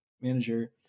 manager